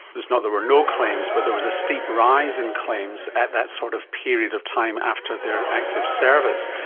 it's not that there were no claims but there was a steep rise in claims at that sort of period of time after their active service.